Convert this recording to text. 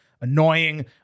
annoying